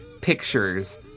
pictures